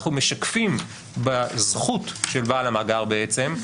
אנחנו משקפים בזכות של בעל המאגר בעצם,